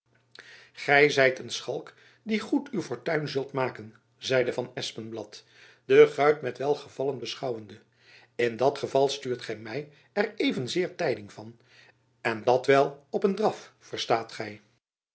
gy zijt een schalk die goed uw fortuin zult maken zeide van espenblad den guit met welgevallen beschouwende in dat geval stuurt gy my er even zeer tijding van en dat wel op een draf verstaat gy